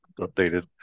updated